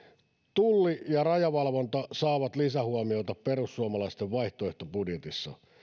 tulli ja rajavalvonta saavat lisähuomiota perussuomalaisten vaihtoehtobudjetissa